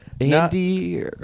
Andy